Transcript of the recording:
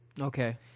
Okay